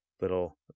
little